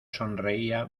sonreía